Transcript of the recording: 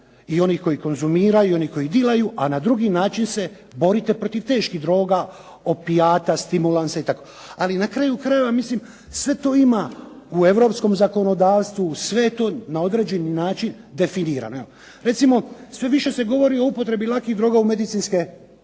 i oni koji konzumiraju i oni koji dilaju, a na drugi način se borite protiv teški droga, opijata, stimulansa itd. Ali na kraju krajeva mislim sve to ima u europskom zakonodavstvu, sve je to na jedan određeni način definirano. Recimo sve više se govori o upotrebi lakih droga u medicinske svrhe.